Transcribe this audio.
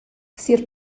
sir